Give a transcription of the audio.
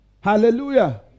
Hallelujah